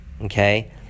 okay